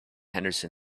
henderson